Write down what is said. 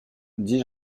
dis